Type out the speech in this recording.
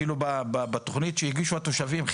כמו בתוכנית שהגישו התושבים,